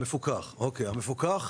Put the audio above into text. אוקיי, המפוקח.